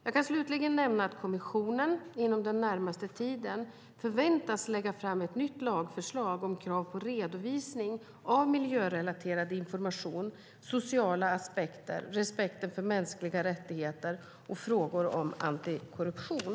Jag kan slutligen nämna att kommissionen inom den närmaste tiden förväntas lägga fram ett nytt lagförslag om krav på redovisning av miljörelaterad information, sociala aspekter, respekten för mänskliga rättigheter och frågor om antikorruption.